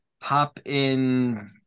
pop-in